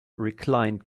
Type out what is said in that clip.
reclined